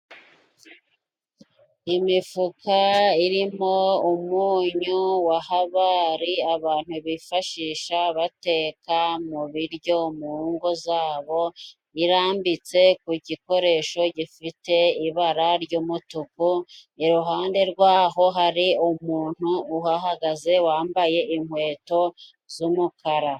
Imifuka irimo umunyu wa habari abantu bifashisha bateka mu biryo mu ngo zabo, irambitse ku gikoresho gifite ibara ry'umutuku iruhande rwaho hari umuntu uhahagaze wambaye inkweto z'umukara.